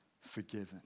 forgiven